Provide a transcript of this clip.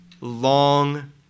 long